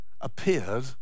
appeared